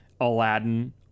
aladdin